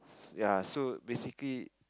ya so basically